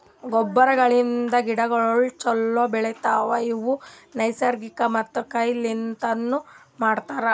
ರಸಗೊಬ್ಬರಗಳಿಂದ್ ಗಿಡಗೋಳು ಛಲೋ ಬೆಳಿತವ, ಇವು ನೈಸರ್ಗಿಕ ಮತ್ತ ಕೈ ಲಿಂತನು ಮಾಡ್ತರ